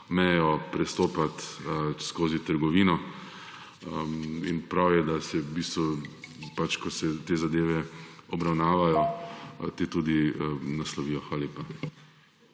mejo prestopati skozi trgovino. In prav je, da se v bistvu, ko se te zadeve obravnavajo, tudi naslovijo. Hvala lepa.